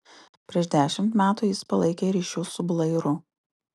prieš dešimt metų jis palaikė ryšius su blairu